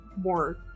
more